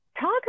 talk